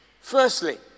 Firstly